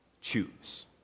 choose